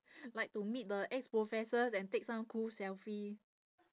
like to meet the ex-professors and take some cool selfie